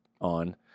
on